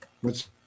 what's-